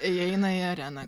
įeina į areną